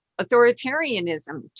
authoritarianism